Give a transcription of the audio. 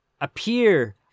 appear